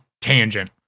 tangent